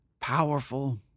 powerful